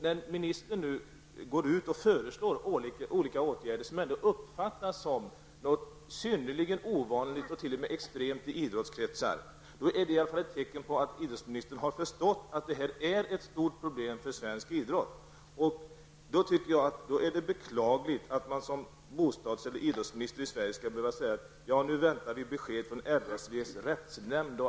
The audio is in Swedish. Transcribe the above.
När ministern nu går ut och föreslår olika åtgärder som uppfattas som något synnerligen ovanligt, t.o.m. extremt inom idrottskretsar, är det ett tecken på att idrottsministern har förstått att detta utgör ett stort problem för svensk idrott. Det är då beklagligt att en idrottsminister i Sverige behöva säga att man nu väntar på besked från RSVs rättsnämnd.